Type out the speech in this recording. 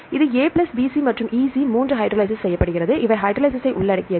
இது A plus BC மற்றும் EC 3 hydrolysis செய்யப்படுகிறது இவை ஹைட்ட்ரொலைசிஸ்ஸை உள்ளடக்கியது